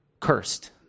cursed